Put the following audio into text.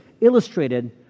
illustrated